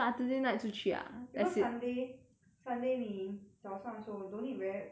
because sunday sunday 你早上时候 don't need very early wake up [what]